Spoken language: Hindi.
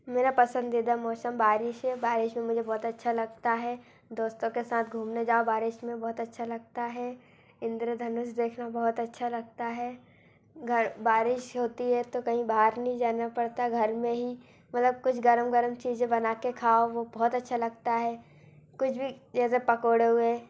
मेरा पसंदीदा मौसम बारिश है बारिश में मुझे बहुत अच्छा लगता है दोस्तों के साथ घूमने जाओ बारिश में बहुत अच्छा लगता है इंद्रधनुस देखना बहुत अच्छा लगता है घर बारिश होती है तो कहीं बाहर नहीं जाना पड़ता घर में ही मतलब कुछ गर्म गर्म चीज़ें बना के खाओ वो बहुत अच्छा लगता है कुछ भी जैसे पकौड़े हुए